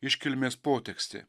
iškilmės potekstė